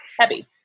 heavy